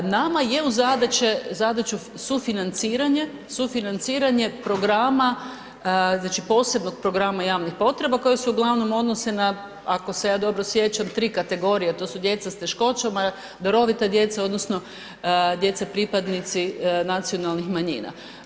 Nama je u zadaći sufinanciranje, sufinanciranje programa, znači posebnog programa javnih potreba koje se uglavnom odnose na ako se ja dobro sjećam tri kategorije, to su djeca s teškoćama da roditelj djece odnosno djeca pripadnici nacionalnih manjina.